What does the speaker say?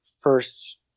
first